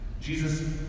Jesus